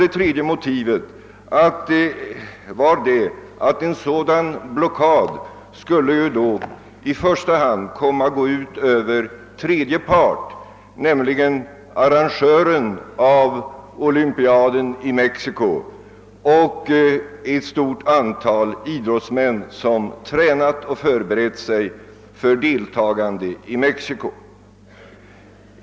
Det tredje motivet var att en sådan blockad i första hand skulle komma att gå ut över tredje part, nämligen arrangören av olympiaden i Mexiko och ett stort antal idrottsmän som tränat och förberett sig för deltagande där.